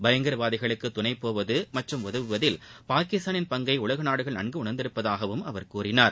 பயங்கரவாதிகளுக்கு துணை போவது மற்றும் உதவுவது பாகிஸ்தானின் பங்கை உலக நாடுகள் நன்கு உணர்ந்திருப்பதாகவும் அவர் கூறினார்